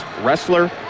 wrestler